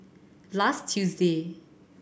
last Tuesday